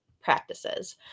practices